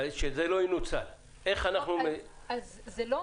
אז שזה לא ינוצל.